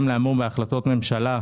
חברי הכנסת,